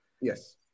Yes